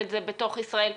בוקר טוב לכולם.